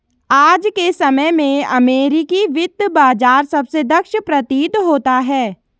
आज के समय में अमेरिकी वित्त बाजार सबसे दक्ष प्रतीत होता है